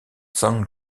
sang